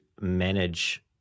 manage